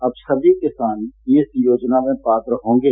अब सभी किसान इस योजना में पात्र होंगे